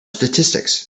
statistics